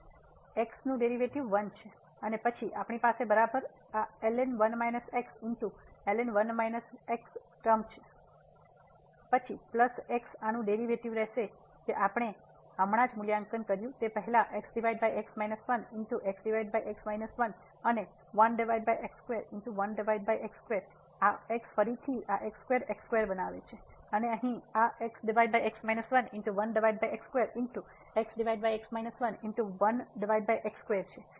તેથી x નું derivative 1 છે અને પછી આપણી પાસે બરાબર આ ટર્મ છે પછી પ્લસ x આનું ડેરિવેટિવ રહેશે જે આપણે હમણાં જ મૂલ્યાંકન કર્યું તે પહેલા અને અને આ x ફરીથી આ બનાવે છે અને અહીં આ છે